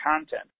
content